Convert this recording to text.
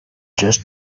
just